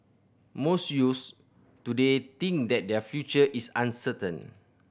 most youths today think that their future is uncertain